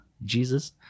jesus